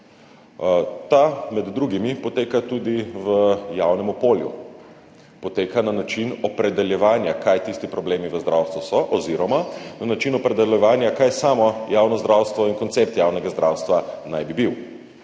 Ta med drugimi poteka tudi v javnem okolju, poteka na način opredeljevanja, kaj tisti problemi v zdravstvu so, oziroma na način opredeljevanja, kaj samo javno zdravstvo in koncept javnega zdravstva naj bi bil.